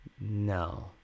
No